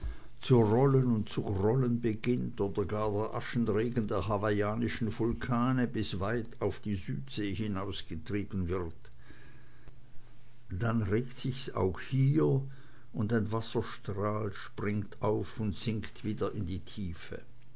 zu rollen und zu grollen beginnt oder gar der aschenregen der hawaiischen vulkane bis weit auf die südsee hinausgetrieben wird dann regt sich's auch hier und ein wasserstrahl springt auf und sinkt wieder in die tiefe